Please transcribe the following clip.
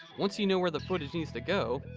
once you know where the footage needs to go,